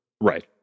Right